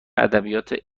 ادبیات